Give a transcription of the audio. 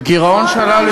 לא, הוא לא,